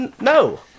No